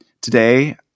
Today